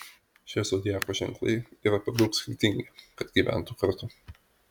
šie zodiako ženklai yra per daug skirtingi kad gyventų kartu